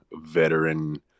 veteran